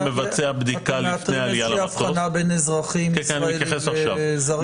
אתם מאתרים איזושהי אבחנה בין ישראלים לזרים?